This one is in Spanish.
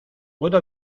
puedo